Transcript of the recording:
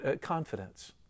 confidence